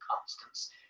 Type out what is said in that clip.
constants